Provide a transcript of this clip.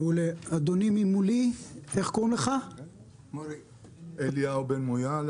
אדוני ממולי, אליהו בן מויאל.